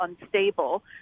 unstable